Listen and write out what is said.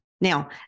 Now